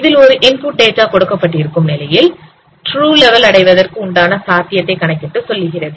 இதில் ஒரு input data கொடுக்கப்பட்டிருக்கும் நிலையில் ட்ரூ லெவல் அடைவதற்கு உண்டான சாத்தியத்தை கணக்கிட்டு சொல்கிறது